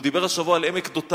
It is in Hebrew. הוא דיבר השבוע על עמק-דותן